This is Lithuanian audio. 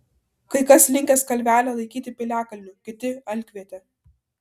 kai kas linkęs kalvelę laikyti piliakalniu kiti alkviete